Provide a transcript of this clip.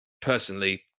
personally